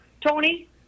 Tony